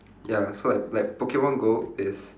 ya so like like pokemon go is